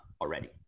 already